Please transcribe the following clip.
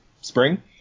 spring